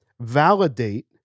validate